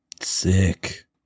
Sick